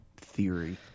theory